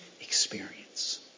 experience